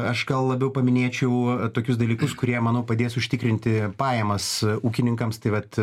aš gal labiau paminėčiau tokius dalykus kurie manau padės užtikrinti pajamas ūkininkams tai vat